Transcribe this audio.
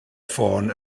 ffôn